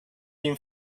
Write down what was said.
been